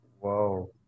Whoa